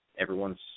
Everyone's